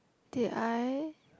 did I